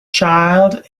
child